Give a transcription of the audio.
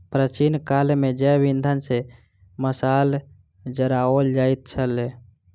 प्राचीन काल मे जैव इंधन सॅ मशाल जराओल जाइत छलै